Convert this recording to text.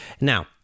now